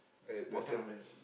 what kind of friends